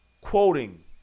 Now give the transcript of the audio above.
quoting